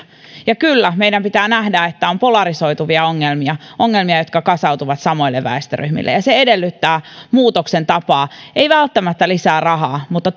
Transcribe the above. ja kyllä meidän pitää nähdä että on polarisoituvia ongelmia ongelmia jotka kasautuvat samoille väestöryhmille ja se edellyttää muutoksen tapaa ei välttämättä lisää rahaa mutta